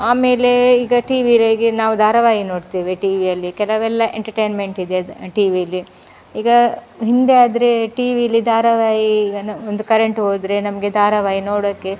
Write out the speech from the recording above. ಆಮೇಲೆ ಈಗ ಟಿವಿ ನಾವು ಧಾರಾವಾಹಿ ನೋಡ್ತೇವೆ ಟಿವಿಯಲ್ಲಿ ಕೆಲವೆಲ್ಲ ಎಂಟಟೈನ್ಮೆಂಟಿದೆ ಟಿವಿಲಿ ಈಗ ಹಿಂದೆ ಆದರೆ ಟಿವಿಲಿ ಧಾರಾವಾಹಿ ಇದನ್ನು ಒಂದು ಕರೆಂಟು ಹೋದರೆ ನಮಗೆ ಧಾರಾವಾಹಿ ನೋಡೋಕ್ಕೆ